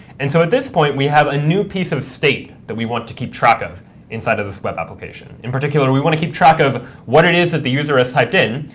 and so at this point, we have a new piece of state that we want to keep track of inside of this web application. in particular, we want to keep track of what it is that the user has typed in,